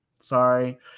sorry